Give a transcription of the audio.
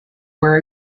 were